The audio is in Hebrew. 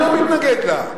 אני לא מתנגד לה.